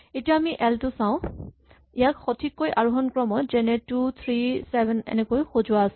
এতিয়া আমি এল টো চাওঁ ইয়াক সঠিককৈ আৰোহন ক্ৰমত যেনে ২ ৩ ৭ এনেকৈ সজোৱা আছে